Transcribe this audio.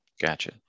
gotcha